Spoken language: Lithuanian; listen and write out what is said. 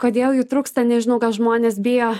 kodėl jų trūksta nežinau gal žmonės bijo